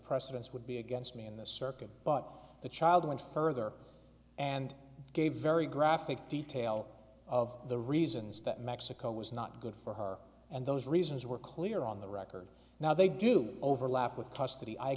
precedents would be against me in the circuit but the child went further and gave very graphic detail of the reasons that mexico was not good for her and those reasons were clear on the record now they do overlap with custody i